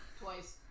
twice